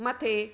मथे